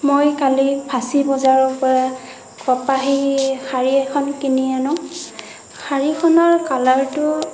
মই কালি ফাচি বজাৰৰ পৰা কপাহী শাড়ী এখন কিনি আনোঁ শাড়ীখনৰ কালাৰটো